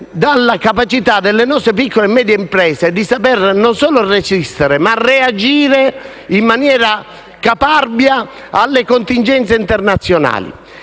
dalla capacità delle nostre piccole e medie imprese di saper non solo resistere, ma reagire in maniera caparbia alle contingenze internazionali.